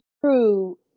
true